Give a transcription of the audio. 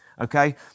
Okay